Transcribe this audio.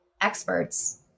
experts